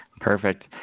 perfect